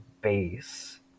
base